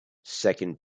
second